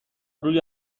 روی